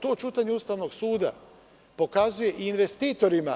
To ćutanje Ustavnog suda pokazuje i investitorima…